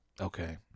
Okay